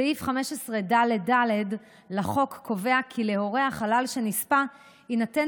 סעיף 15ד(ד) לחוק קובע כי להורי החלל שנספה יינתן